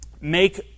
make